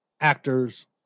actors